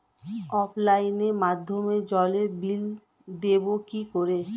অফলাইনে মাধ্যমেই জলের বিল দেবো কি করে?